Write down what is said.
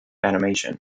animation